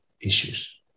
issues